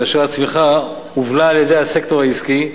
כאשר הצמיחה הובלה על-ידי הסקטור העסקי,